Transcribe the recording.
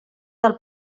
del